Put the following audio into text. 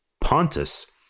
Pontus